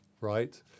right